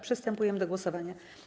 Przystępujemy do głosowania.